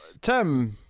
Tim